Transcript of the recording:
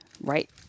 right